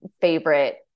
favorite